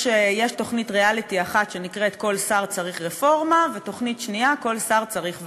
יש תוכנית ריאליטי אחת שנקראת: כל שר צריך רפורמה,